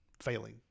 failing